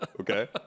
okay